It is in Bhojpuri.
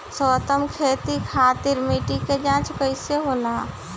सर्वोत्तम खेती खातिर मिट्टी के जाँच कइसे होला?